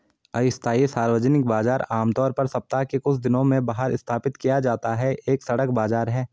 अस्थायी सार्वजनिक बाजार, आमतौर पर सप्ताह के कुछ दिनों में बाहर स्थापित किया जाता है, एक सड़क बाजार है